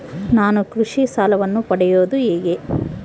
ನಾನು ಕೃಷಿ ಸಾಲವನ್ನು ಪಡೆಯೋದು ಹೇಗೆ?